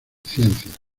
ciencias